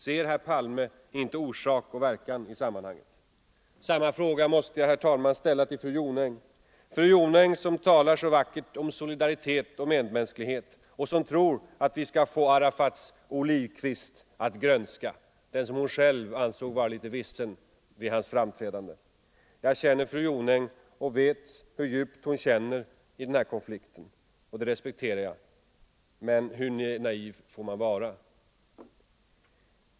Ser herr Palme inte orsak och verkan i sammanhanget? Samma fråga måste jag, herr talman, ställa till fru Jonäng, som talar så vackert om solidaritet och medmänsklighet och som tror att vi skall få Arafats olivkvist att grönska, den som hon själv ansåg vara litet vissen vid hans framträdande. Jag känner fru Jonäng och vet hur djupt hon känner i den här konflikten, och det respekterar jag. Men hur naiv får man vara?